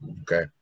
okay